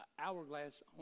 hourglass